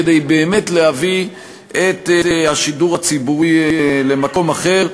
כדי באמת להביא את השידור הציבורי למקום אחר.